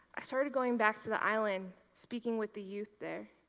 i started going back to the island speaking with the youth there,